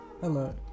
Hello